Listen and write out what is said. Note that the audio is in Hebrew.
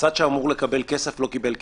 הצד שאמור לקבל כסף לא קיבל כסף.